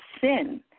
sin